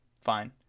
fine